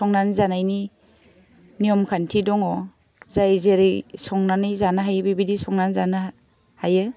संनानै जानायनि नेमखान्थि दङ जाय जेरै संनानै जानो हायो बेबायदि संनानै जानो हायो